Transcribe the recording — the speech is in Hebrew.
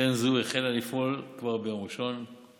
קרן זו החלה לפעול כבר ביום ראשון,